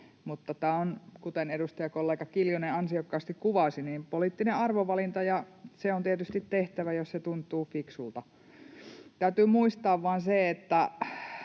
tämä on, kuten edustajakollega Kiljunen ansiokkaasti kuvasi, poliittinen arvovalinta, ja se on tietysti tehtävä, jos se tuntuu fiksulta. Täytyy muistaa vain se, että